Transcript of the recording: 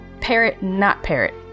Parrot-not-parrot